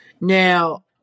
now